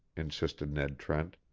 insisted ned trent.